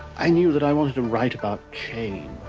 i knew that i wanted to write about change.